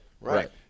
Right